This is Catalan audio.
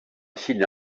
xina